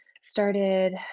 started